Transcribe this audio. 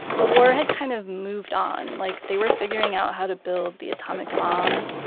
the war had kind of moved on. like they were figuring out how to build the atomic bomb.